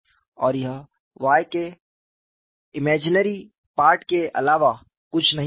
और यह Y के काल्पनिक हिस्से के अलावा कुछ नहीं निकलेगा